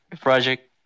project